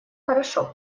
хорошо